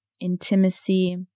intimacy